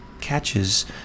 catches